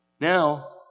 Now